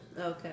Okay